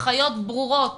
הנחיות ברורות